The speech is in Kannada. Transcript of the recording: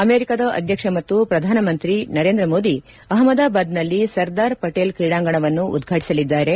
ಅಮೆರಿಕಾದ ಅಧ್ಯಕ್ಷ ಮತ್ತು ಪ್ರಧಾನಮಂತಿ ಮೋದಿ ಅಹಮದಾಬಾದ್ನಲ್ಲಿ ಸರ್ದಾರ್ ಪಟೇಲ್ ಕ್ರೀಡಾಂಗಣವನ್ನು ಉದ್ಘಾಟಿಸಲಿದ್ದಾರೆ